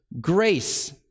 grace